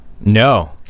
No